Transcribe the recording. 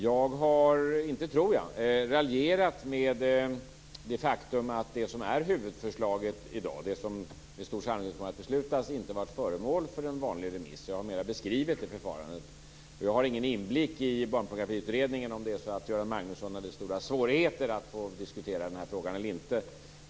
Jag tror inte att jag har raljerat med det faktum att det som är huvudförslaget i dag, det som det med stor sannolikt kommer att antas, inte varit föremål för en vanlig remiss. Jag har mera beskrivit förfarandet. Jag har ingen inblick i Barnpornografiutredningen så jag vet inte om Göran Magnusson hade stora svårigheter att diskutera denna fråga eller inte.